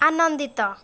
ଆନନ୍ଦିତ